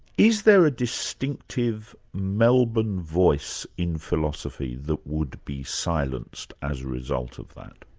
is there a distinctive melbourne voice in philosophy that would be silenced as a result of that?